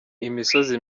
imisozi